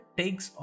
takes